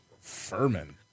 Furman